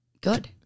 Good